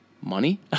money